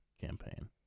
campaign